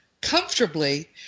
comfortably